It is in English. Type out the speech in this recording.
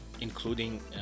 including